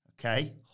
Okay